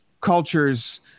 cultures